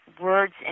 words